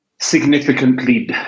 significantly